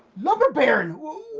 lumber baron,